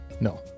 No